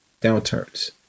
downturns